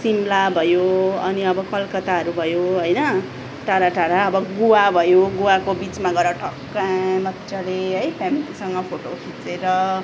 सिमला भयो अनि अब कलकत्ताहरू भयो होइन टाढा टाढा अब गोवा भयो गोवा बिचमा गएर ठक्क आँ मज्जाले है फेमिलीसँग फोटो खिचेर